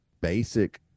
basic